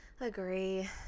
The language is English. Agree